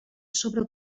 sobre